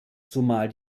zumal